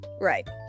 Right